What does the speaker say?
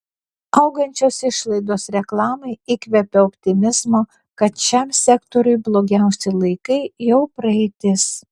augančios išlaidos reklamai įkvepia optimizmo kad šiam sektoriui blogiausi laikai jau praeitis